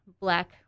black